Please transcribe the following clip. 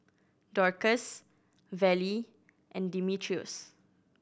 Dorcas Vallie and Dimitrios